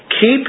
keep